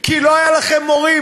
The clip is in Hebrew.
כי לא היה לכם מורים,